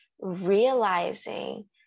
realizing